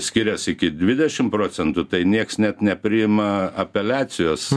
skiriasi iki dvidešim procentų tai niekas net nepriima apeliacijos